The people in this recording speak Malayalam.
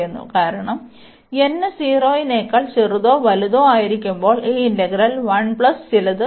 കാരണം n 0 നേക്കാൾ ചെറുതോ തുല്യമോ ആകുമ്പോൾ ഈ ഇന്റഗ്രൽ 1 പ്ലസ് ചിലത് ഉണ്ട്